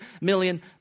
million